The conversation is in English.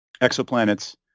exoplanets